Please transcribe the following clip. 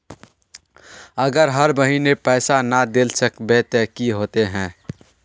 अगर हर महीने पैसा ना देल सकबे ते की होते है?